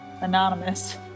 anonymous